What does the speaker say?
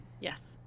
Yes